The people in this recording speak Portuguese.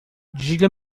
diga